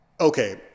okay